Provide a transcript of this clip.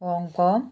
Hong Kong